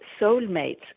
soulmates